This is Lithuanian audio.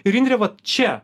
ir indrė vat čia